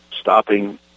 stopping